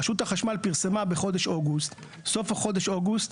רשות החשמל פרסמה בסוף חודש אוגוסט,